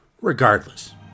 Regardless